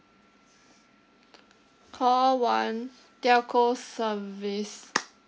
call one telco service